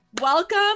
Welcome